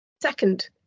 Second